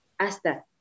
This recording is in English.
Asta